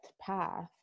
path